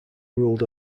ruled